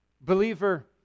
Believer